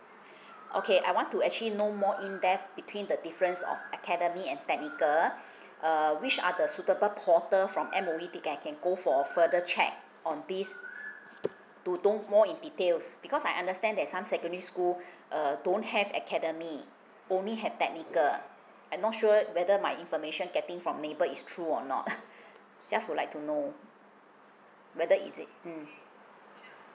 okay I want to actually know more in depth between the difference of academy and technical err which are the suitable portal from M_O_E that can I can go for further check on this to do more in details because I understand that some secondary school err don't have academy only have technical I not sure whether my information getting from neighbour is true or not just would like to know whether is it mm